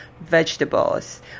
vegetables